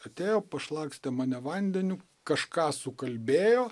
atėjo pašlakstė mane vandeniu kažką sukalbėjo